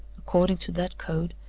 according to that code,